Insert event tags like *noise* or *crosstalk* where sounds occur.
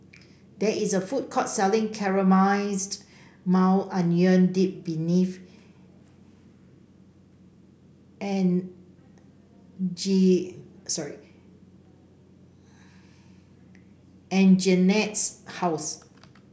there is a food court selling Caramelized Maui Onion Dip *unintelligible* and G sorry Anjanette's house